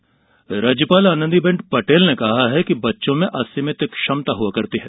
राज्यपाल राज्यपाल आनंदी बेन पटेल ने कहा है कि बच्चों में असीमित क्षमता होती है